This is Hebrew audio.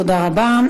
תודה רבה.